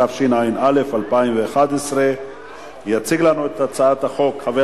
התשע"א 2011. יציג לנו את הצעת החוק חבר